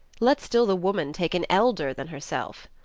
let still the woman take an elder than herself.